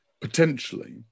potentially